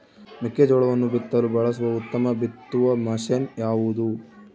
ಮೆಕ್ಕೆಜೋಳವನ್ನು ಬಿತ್ತಲು ಬಳಸುವ ಉತ್ತಮ ಬಿತ್ತುವ ಮಷೇನ್ ಯಾವುದು?